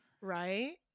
Right